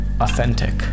authentic